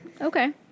okay